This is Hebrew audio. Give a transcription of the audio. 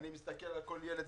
אני מסתכל על כל ילד,